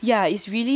yeah it's really rid~